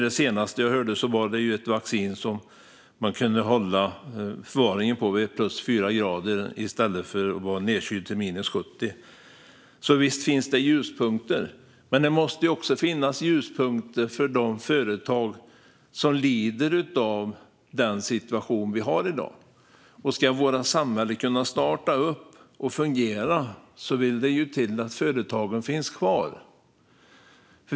Det senaste jag hörde gällde ett vaccin som man kunde förvara vid +4 grader i stället för att ha det nedkylt till 70. Så visst finns det ljuspunkter, men det måste också finnas ljuspunkter för de företag som lider av den situation vi har i dag. Ska vårt samhälle kunna starta om och fungera vill det till att företagen finns kvar.